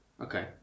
okay